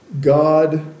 God